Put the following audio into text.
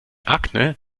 akne